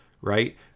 right